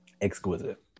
exquisite